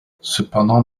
cependant